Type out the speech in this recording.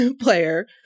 player